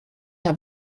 der